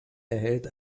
erhält